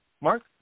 Mark